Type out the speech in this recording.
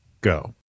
go